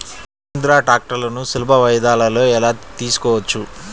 మహీంద్రా ట్రాక్టర్లను సులభ వాయిదాలలో ఎలా తీసుకోవచ్చు?